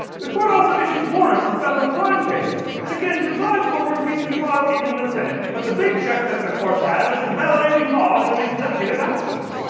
the court also issues warrants in federal crime cases, and again presides over impeachment trials in the senate. but the big check that the courts have is invalidating laws and executive actions.